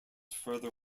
further